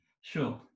Sure